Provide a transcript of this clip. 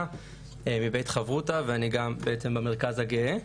מבית חברותא ואני גם כן בעצם במרכז הגאה.